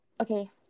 okay